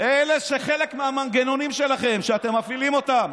אלה שהם חלק מהמנגנונים שלכם שאתם מפעילים אותם,